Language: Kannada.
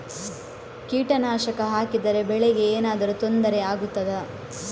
ಕೀಟನಾಶಕ ಹಾಕಿದರೆ ಬೆಳೆಗೆ ಏನಾದರೂ ತೊಂದರೆ ಆಗುತ್ತದಾ?